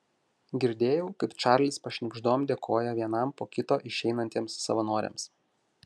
girdėjau kaip čarlis pašnibždom dėkoja vienam po kito išeinantiems savanoriams